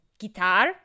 guitar